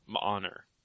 honor